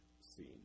seen